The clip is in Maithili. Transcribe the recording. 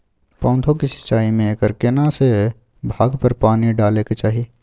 पौधों की सिंचाई में एकर केना से भाग पर पानी डालय के चाही?